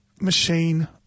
machine